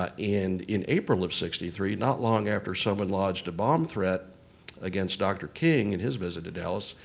ah and in april of sixty three, not long after someone lodged a bomb threat against dr. king in his visit to dallas,